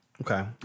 Okay